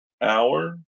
hour